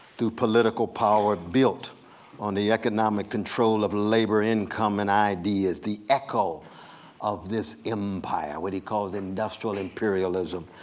through political power build on the economic control of labor, income, and ideas, the echo of this empire, what he calls industrial imperialism,